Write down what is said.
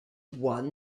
won